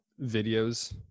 videos